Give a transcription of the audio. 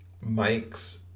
Mike's